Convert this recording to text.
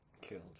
killed